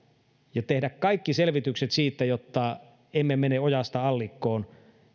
ja tehdä kaikki selvitykset siitä jotta emme mene ojasta allikkoon